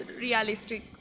realistic